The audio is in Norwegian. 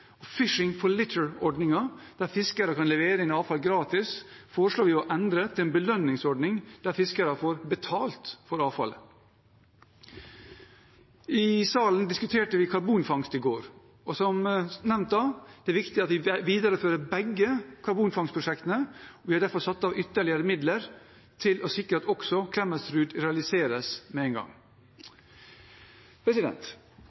Fishing for Litter-ordningen, der fiskere kan levere inn avfall gratis, foreslår vi å endre til en belønningsordning, der fiskere får betalt for avfallet. I salen diskuterte vi karbonfangst i går, og som nevnt da: Det er viktig at vi viderefører begge karbonfangstprosjektene. Vi har derfor satt av ytterligere midler til å sikre at også Klemetsrud realiseres med en gang.